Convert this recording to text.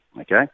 Okay